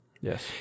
Yes